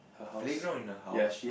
playground in a house